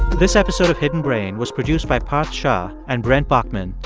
this episode of hidden brain was produced by parth shah and brent baughman,